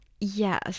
yes